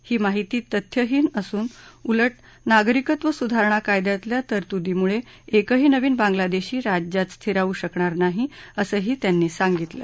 ही माहिती तथ्यहीन असून उलट नागरिकत्व सुधारणा कायद्यातल्या तरतुदींमुळे एकही नवीन बांग्लादेशी राज्यात स्थिरावू शकणार नाही असंही त्यांनी सांगितलं